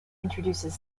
introduces